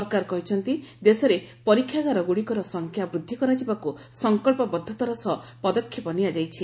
ସରକାର କହିଛନ୍ତି ଦେଶରେ ପରୀକ୍ଷାଗାରଗୁଡ଼ିକର ସଂଖ୍ୟା ବୃଦ୍ଧି କରାଯିବାକୁ ସଂକଚ୍ଚବଦ୍ଧତାର ସହ ପଦକ୍ଷେପ ନିଆଯାଇଛି